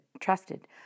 trusted